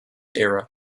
era